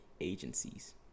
agencies